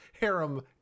harem